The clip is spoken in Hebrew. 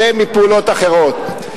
מפעולות אחרות.